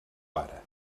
pare